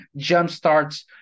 jumpstarts